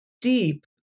deep